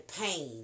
pain